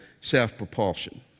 self-propulsion